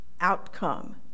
outcome